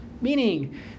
Meaning